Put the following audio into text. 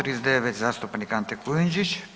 39 zastupnik Ante Kujundžić.